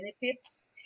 benefits